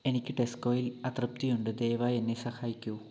എനിക്ക് ടെസ്കോയിൽ അതൃപ്തിയുണ്ട് ദയവായി എന്നെ സഹായിക്കൂ